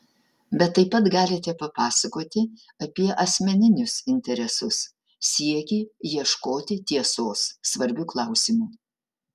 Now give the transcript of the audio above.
bet taip pat galite papasakoti apie asmeninius interesus siekį ieškoti tiesos svarbiu klausimu